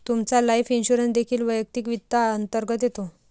तुमचा life insurance देखील वैयक्तिक वित्त अंतर्गत येतो